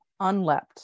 unlept